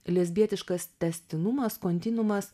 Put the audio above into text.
lesbietiškas tęstinumas kontinumas